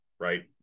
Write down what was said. Right